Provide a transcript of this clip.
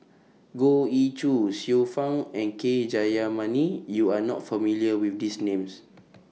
Goh Ee Choo Xiu Fang and K Jayamani YOU Are not familiar with These Names